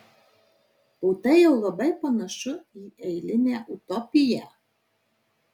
o tai jau labai panašu į eilinę utopiją